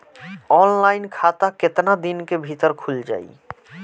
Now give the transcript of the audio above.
Offline खाता केतना दिन के भीतर खुल जाई?